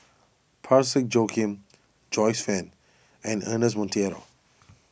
Parsick Joaquim Joyce Fan and Ernest Monteiro